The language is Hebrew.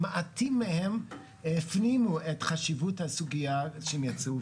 מעטים מהם הפנימו את חשיבות הסוגיה שמייצרים,